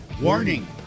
warning